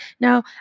now